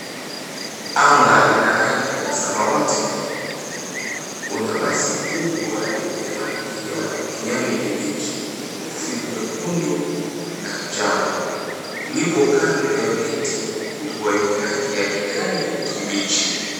Anga ina rangi ya samawati na nyeupe. Kuna basi kubwa yenye rangi ya kijani kibichi, nyeusi, nyekundu na njano ilipo kando ya miti mikubwa yenye rangi ya kijani kibichi.